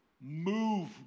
move